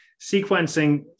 sequencing